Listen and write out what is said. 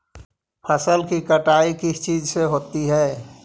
फसल की कटाई किस चीज से होती है?